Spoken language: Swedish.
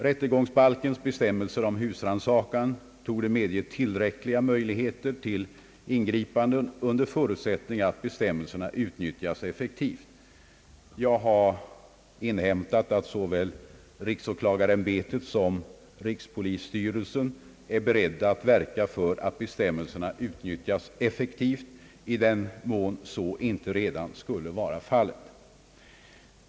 Rättegångsbalkens bestämmelser om husrannsakan torde medge tillräckliga möjligheter till ingripanden under förutsättning att bestämmelserna utnyttjas effektivt. Jag har inhämtat att såväl riksåklagarämbetet som rikspolisstyrelsen är beredda att verka för att bestämmelserna utnyttjas effektivt i den mån så inte redan skulle vara fallet.